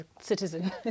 citizen